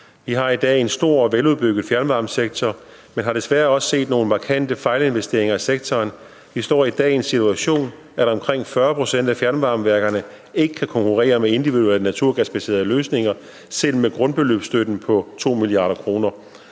Vi har i dag en stor og veludbygget fjernvarmesektor, men har desværre også set nogle markante fejlinvesteringer i sektoren. Vi står i dag i den situation, at omkring 40 pct. af fjernvarmeværkerne selv med grundbeløbstøtten på 2 mia. kr.